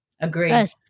Agreed